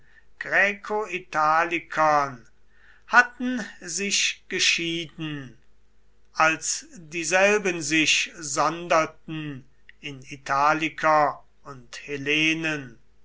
graecoitalikern hatten sich geschieden als dieselben sich sonderten in italiker und hellenen